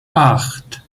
acht